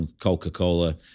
Coca-Cola